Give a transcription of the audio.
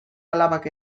alabak